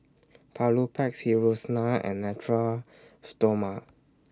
Papulex Hiruscar and Natura Stoma